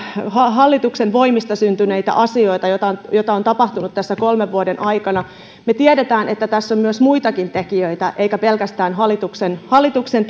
hallituksen voimista syntyneitä asioita joita on tapahtunut tässä kolmen vuoden aikana me tiedämme että tässä on myös muitakin tekijöitä eikä pelkästään hallituksen hallituksen